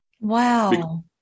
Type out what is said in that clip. Wow